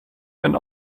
and